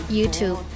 YouTube